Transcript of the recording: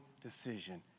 decision